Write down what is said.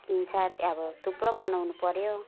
किन्छ त्यहाँ अब थुप्रो बनाउनु पर्यो